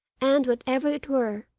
and, whatever it were,